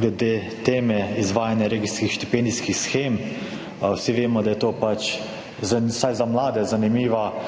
glede teme izvajanja regijskih štipendijskih shem. Vsi vemo, da je to pač vsaj za mlade zanimiva shema,